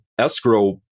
escrow